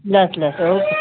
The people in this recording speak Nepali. लस् लस् ओके